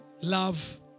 love